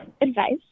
advice